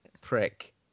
prick